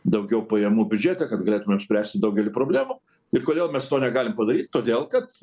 daugiau pajamų biudžete kad galėtumėm spręsti daugelį problemų ir kodėl mes to negalim padaryti todėl kad